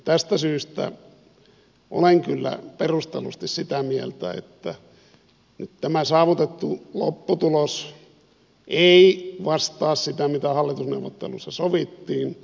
tästä syystä olen kyllä perustellusti sitä mieltä että nyt tämä saavutettu lopputulos ei vastaa sitä mitä hallitusneuvotteluissa sovittiin